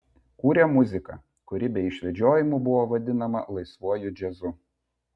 kūrė muziką kuri be išvedžiojimų buvo vadinama laisvuoju džiazu